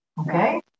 okay